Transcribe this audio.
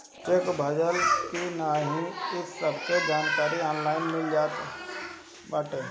check भजल की नाही इ सबके जानकारी ऑनलाइन मिल जात बाटे